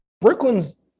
Brooklyn's